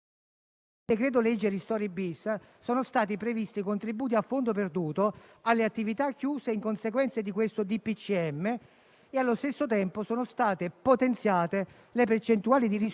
Per quanto riguarda le imprese e l'economia, in particolare sono previsti per le zone rosse indennizzi a fondo perduto con bonifici diretti su conto corrente fino al 200 per cento di quanto già erogato